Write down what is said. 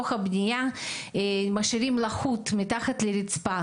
לפעמים משאירים לחות מתחת לרצפה.